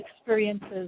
experiences